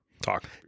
Talk